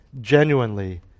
genuinely